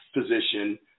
position